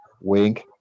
Wink